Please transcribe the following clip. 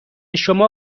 شما